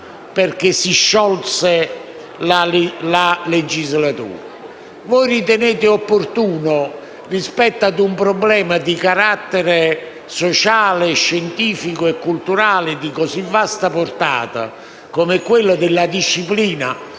voi ritenete opportuno, rispetto a un problema di carattere sociale, scientifico e culturale di così vasta portata, come quello della disciplina